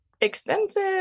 expensive